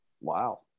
Wow